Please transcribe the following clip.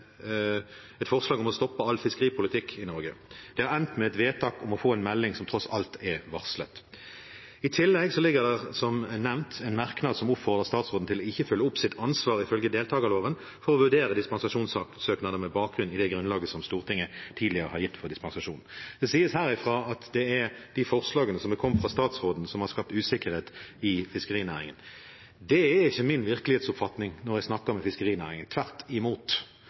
et forslag om å stoppe all fiskeripolitikk i Norge. Det har endt med et vedtak om å få en melding, som tross alt er varslet. I tillegg ligger det, som nevnt, en merknad som oppfordrer statsråden til ikke å følge opp sitt ansvar ifølge deltakerloven, som er å vurdere dispensasjonssøknader med bakgrunn i det grunnlaget som Stortinget tidligere har gitt for dispensasjon. Det sies herfra at det er de forslagene som har kommet fra statsråden, som har skapt usikkerhet i fiskerinæringen. Det er ikke min virkelighetsoppfatning når jeg snakker med fiskerinæringen. Tvert imot